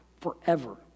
forever